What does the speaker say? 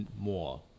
more